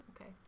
Okay